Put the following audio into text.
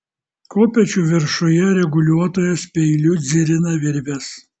kopėčių viršuje reguliuotojas peiliu dzirina virves